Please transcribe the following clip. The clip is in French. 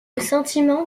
sentiment